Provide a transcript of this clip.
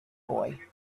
boy